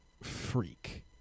freak